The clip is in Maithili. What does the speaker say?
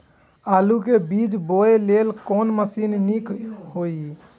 आलु के बीज बोय लेल कोन मशीन नीक ईय?